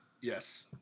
Yes